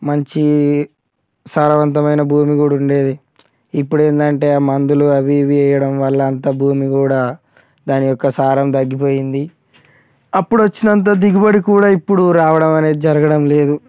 మంచి సారవంతమైన భూమి కూడా ఉండేది ఇప్పుడు ఏంటంటే మందులు అవి ఇవి వేయడం వల్ల అంతా భూమి కూడా దాని యొక్క సారం తగ్గిపోయింది అప్పుడు వచ్చినంత దిగుబడి కూడా ఇప్పుడు రావడం అనేది జరగడం లేదు